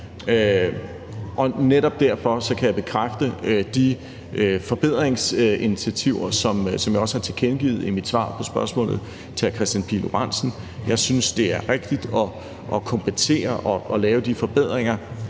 Netop derfor kan jeg bekræfte de forbedringsinitiativer, som jeg også har tilkendegivet i mit svar på spørgsmålet fra hr. Kristian Pihl Lorentzen. Jeg synes, det er rigtigt at kompensere og lave de forbedringer,